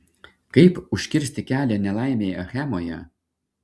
kaip užkirsti kelią nelaimei achemoje